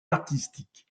artistique